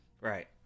Right